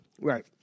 right